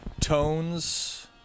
tones